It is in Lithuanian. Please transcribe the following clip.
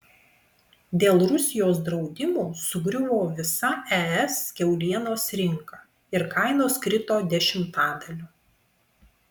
dėl rusijos draudimų sugriuvo visa es kiaulienos rinka ir kainos krito dešimtadaliu